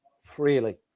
freely